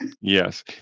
Yes